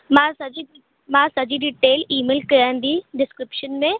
मां सॼी मां सॼी डिटेल ई मेल कयां थी डिस्क्रिपशन में